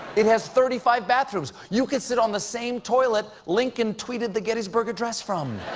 it has thirty five bathrooms! you could sit on the same toilet lincoln tweeted the gettysburg address from!